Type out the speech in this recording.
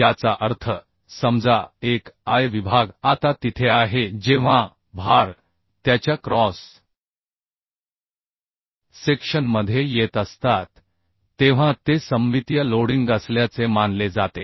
याचा अर्थ समजा एक I विभाग आता तिथे आहे जेव्हा भार त्याच्या क्रॉस सेक्शनमध्ये येत असतात तेव्हा ते सममितीय लोडिंग असल्याचे मानले जाते